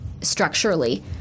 structurally